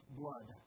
blood